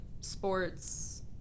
sports